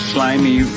Slimy